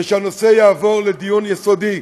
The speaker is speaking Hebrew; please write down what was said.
ושהנושא יעבור לדיון יסודי,